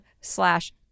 slash